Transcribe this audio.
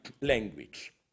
language